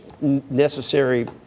necessary